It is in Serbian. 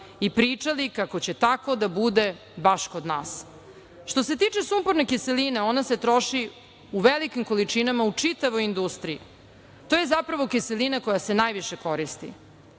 i pričali kako će tako da bude baš kod nas. Što se tiče sumporne kiseline, ona se troši u velikim količinama u čitavoj industriji. To je zapravo kiselina koja se najviše koristi.